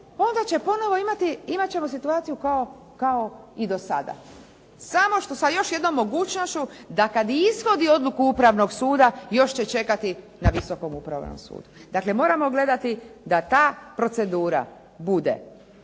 onda će ponovo imati, imat ćemo situaciju kao i do sada samo sa još jednom mogućnošću da kad i ishodi odluku Upravnog suda još će čekati na Visokom upravnom sudu. Dakle, moramo gledati da ta procedura bude